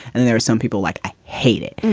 and there's some people like, i hate it.